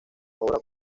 obra